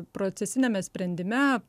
procesiniame sprendime